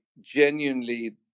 genuinely